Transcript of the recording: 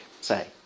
Say